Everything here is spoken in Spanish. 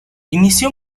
inició